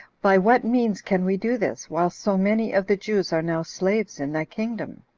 by what means can we do this, while so many of the jews are now slaves in thy kingdom?